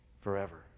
forever